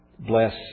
Bless